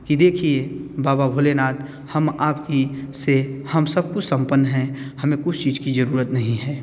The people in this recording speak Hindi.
कि देखिए बाबा भोलेनाथ हम आप ही से हम सब कुछ सम्पन्न हैं हमें कुछ चीज़ की ज़रूरत नहीं है